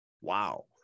Wow